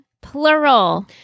plural